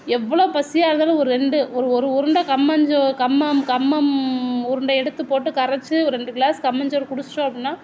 எவ்வளோ பசியாக இருந்தாலும் ஒரு ரெண்டு ஒரு ஒரு உருண்டை கம்மஞ்சோ கம்மம் கம்மம் உருண்டையை எடுத்து போட்டு கரைச்சி ஒரு ரெண்டு கிளாஸ் கம்மஞ்சோறு குடிச்சிடோம் அப்புடின்னா